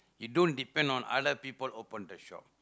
you don't depend on other people open the shop